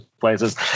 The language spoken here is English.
places